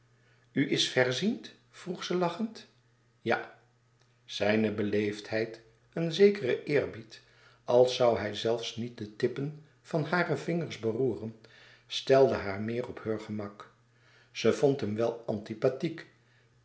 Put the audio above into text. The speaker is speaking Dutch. is vèrziend vroeg ze lachend ja zijne beleefdheid een zekere eerbied als zoû hij zelfs niet de louis couperus extaze een boek van geluk tippen van hare vingers beroeren stelde haar meer op heur gemak ze vond hem wel antipathiek